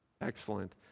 Excellent